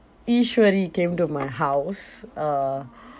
came to my house uh